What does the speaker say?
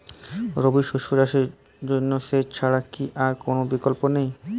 রবি শস্য চাষের জন্য সেচ ছাড়া কি আর কোন বিকল্প নেই?